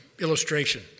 illustration